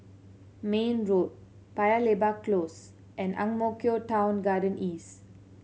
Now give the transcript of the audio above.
Mayne Road Paya Lebar Close and Ang Mo Kio Town Garden East